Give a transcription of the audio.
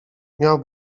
miał